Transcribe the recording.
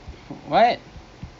twenty to~ err twenty token